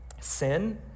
Sin